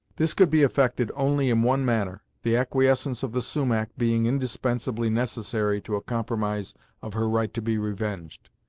this could be effected only in one manner, the acquiescence of the sumach being indispensably necessary to a compromise of her right to be revenged.